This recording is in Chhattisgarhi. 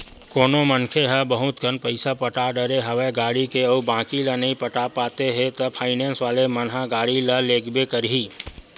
कोनो मनखे ह बहुत कन पइसा पटा डरे हवे गाड़ी के अउ बाकी ल नइ पटा पाते हे ता फायनेंस वाले मन ह गाड़ी ल लेगबे करही